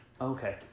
Okay